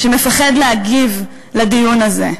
שמפחד להגיב לדיון הזה.